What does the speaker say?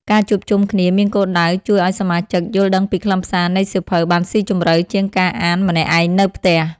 ការជួបជុំគ្នាមានគោលដៅជួយឱ្យសមាជិក យល់ដឹងពីខ្លឹមសារនៃសៀវភៅបានស៊ីជម្រៅជាងការអានម្នាក់ឯងនៅផ្ទះ។